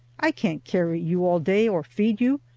i can't carry you all day or feed you,